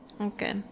Okay